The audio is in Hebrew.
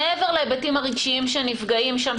מעבר להיבטים הרגשיים שנפגעים שם,